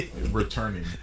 returning